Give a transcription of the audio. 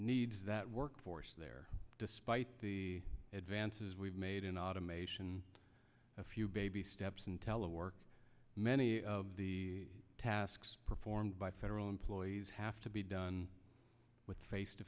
needs that workforce there despite the advances we've made in automation a few baby steps and telework many of the tasks performed by federal employees have to be done with face to